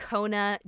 Kona